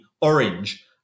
orange